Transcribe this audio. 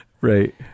Right